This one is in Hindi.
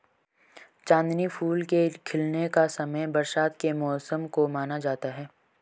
चांदनी फूल के खिलने का समय बरसात के मौसम को माना जाता है